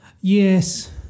Yes